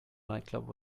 nightclub